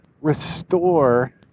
restore